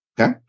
Okay